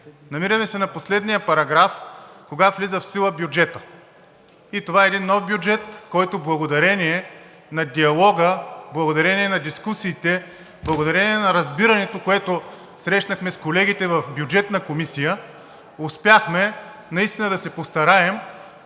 Намираме се на последния параграф, кога влиза в сила бюджетът. Това е един нов бюджет, който благодарение на диалога, благодарение на дискусиите, благодарение на разбирането, което срещнахме с колегите в Бюджетната комисията, успяхме наистина да се постараем